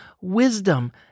wisdom